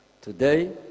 Today